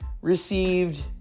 received